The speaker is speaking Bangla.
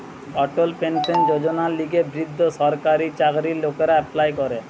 অটল পেনশন যোজনার লিগে বৃদ্ধ সরকারি চাকরির লোকরা এপ্লাই করে